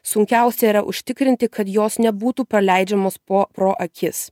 sunkiausia yra užtikrinti kad jos nebūtų praleidžiamos po pro akis